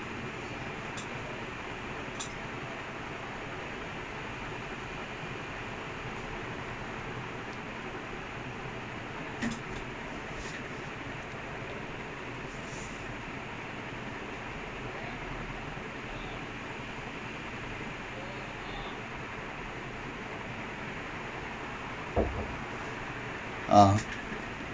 no his forces players in his like பண்றது:pandradhu is opposite Chelsea and what's his name peppa very different நீ பார்த்தேனா:nee paarthaennaa every time people uh old players right பார்க்கும்ப்போது:paarkkumppodhu he very happy but then when they talk about the pep they say oh he's a very professional coach but is there's no connection with the players